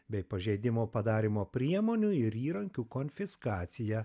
bei pažeidimo padarymo priemonių ir įrankių konfiskacija